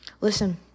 Listen